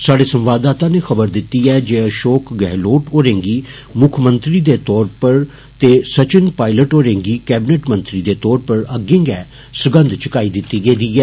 साढे संवाददाता नै खबर दिती ऐ जे अषोक गहलोत होरें गी मुक्खमंत्री दे रुपै च ते सचिन पायलेट होरें गी कैबिनेट मंत्री दे रुपै च अग्गें गै सगन्ध चकाई दिती गेदी ऐ